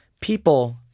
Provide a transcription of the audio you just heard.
people